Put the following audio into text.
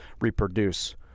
reproduce